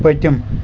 پٔتِم